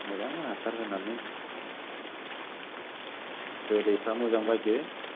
मोजां हासार होनानै जोलैफ्रा मोजां बायदो